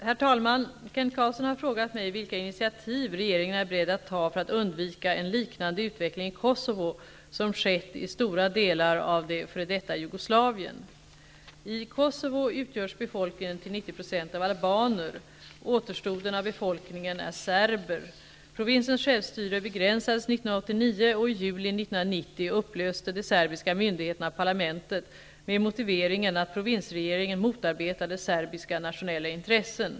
Herr talman! Kent Carlsson har frågat mig vilka initiativ regeringen är beredd att ta för att undvika en liknande utveckling i Kosovo som skett i stora delar av det f.d. Jugoslavien. I Kosovo utgörs befolkningen till 90 % av albaner. Återstoden av befolkningen är serber. Provinsens självstyre begränsades 1989 och i juli 1990 upplöste de serbiska myndigheterna parlamentet med motiveringen att provinsregeringen motarbetade serbiska nationella intressen.